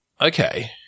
Okay